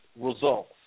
results